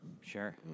Sure